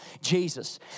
Jesus